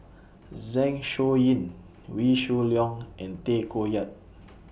Zeng Shouyin Wee Shoo Leong and Tay Koh Yat